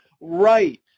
right